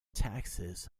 taxes